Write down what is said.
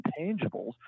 intangibles